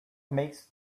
makes